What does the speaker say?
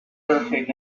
perfect